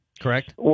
correct